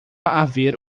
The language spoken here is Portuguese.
haver